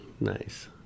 Nice